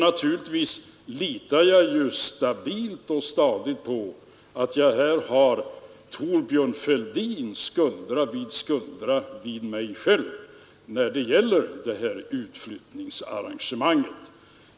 Naturligtvis litar jag på att jag har Thorbjörn Fälldin skuldra vid skuldra med mig själv när det gäller detta utflyttningsarrangemang.